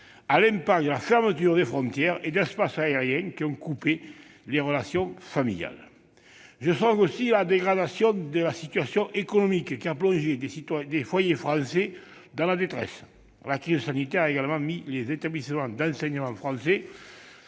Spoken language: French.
à l'incidence de la fermeture des frontières et d'espaces aériens, qui a coupé les relations familiales. Je songe aussi à la dégradation de la situation économique, qui a plongé des foyers français dans la détresse. La crise sanitaire a également mis les établissements d'enseignement français